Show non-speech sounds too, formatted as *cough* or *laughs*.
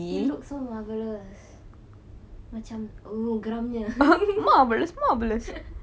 it looks so marvellous macam oh geramya *laughs*